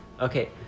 Okay